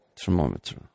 thermometer